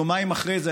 יומיים אחרי זה,